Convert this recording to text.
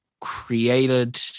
created